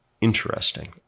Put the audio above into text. interesting